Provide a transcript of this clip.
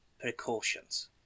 precautions